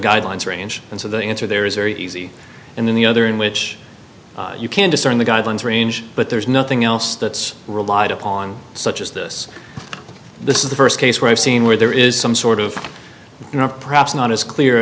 guidelines range and so the answer there is very easy in the other in which you can discern the guidelines range but there's nothing else that's relied upon such as this this is the first case where i've seen where there is some sort of you know perhaps not as clear